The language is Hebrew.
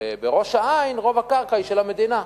בראש-העין רוב הקרקע היא של המדינה.